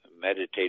meditate